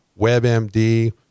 WebMD